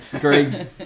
Greg